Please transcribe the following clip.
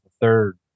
third